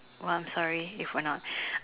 well I'm sorry if we're not